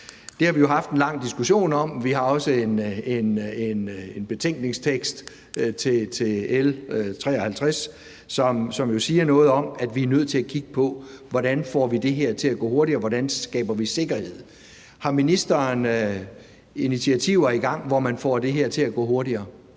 Det har vi jo haft en lang diskussion om. Vi har også en betænkningstekst til L 53, som jo siger noget om, at vi er nødt til at kigge på, hvordan vi får det her til at gå hurtigere, og hvordan vi skaber sikkerhed. Har ministeren initiativer i gang, hvor man får det her til at gå hurtigere?